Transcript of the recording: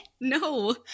No